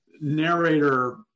narrator